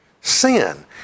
Sin